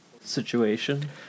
situation